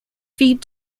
feet